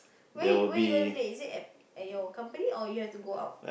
where where you want to play is it at at your company or you have to go out